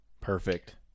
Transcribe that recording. Perfect